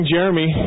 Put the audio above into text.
Jeremy